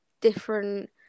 different